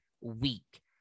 weak